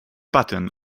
button